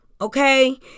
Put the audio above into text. Okay